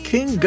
King